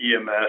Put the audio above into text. EMS